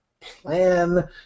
plan